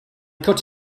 cut